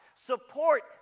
support